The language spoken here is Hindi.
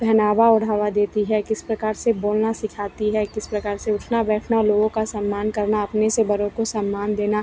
पहेनावा ओढ़ावा देती है किस प्रकार से बोलना सिखाती है किस प्रकार से उठना बैठना लोगों का सम्मान करना अपने से बरों को सम्मान देना